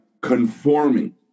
conforming